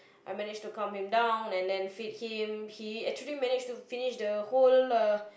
I managed to calm him down and then feed him he actually managed to finish the whole uh